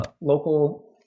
local